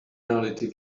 reality